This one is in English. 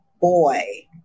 boy